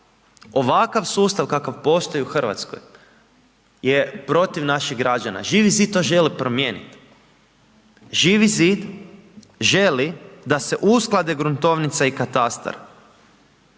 Ovakav sustav kakav postoji u Hrvatskoj je protiv naših građana, Živi zid to želi promijeniti, Živ zid želi da se usklade gruntovnica i katastar